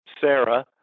Sarah